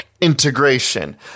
integration